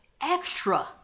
extra